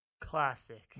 classic